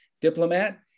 diplomat